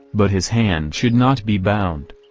but his hands should not be bound.